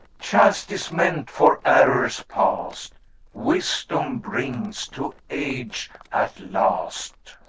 chastisement for errors past wisdom brings to age at last.